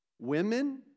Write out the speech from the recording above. women